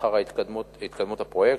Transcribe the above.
אחר התקדמות הפרויקט.